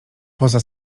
poza